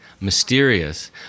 mysterious